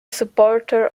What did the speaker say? supporter